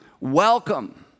Welcome